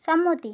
সম্মতি